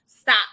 Stop